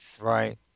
Right